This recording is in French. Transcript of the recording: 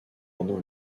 pendant